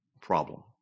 problem